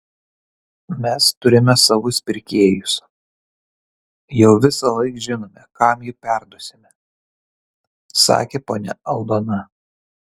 mes turime savus pirkėjus jau visąlaik žinome kam jį parduosime sakė ponia aldona